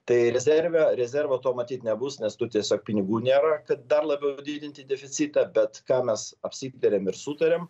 tai rezerve rezervo to matyt nebus nes tų tiesiog pinigų nėra kad dar labiau didinti deficitą bet ką mes apsitarėm ir sutarėm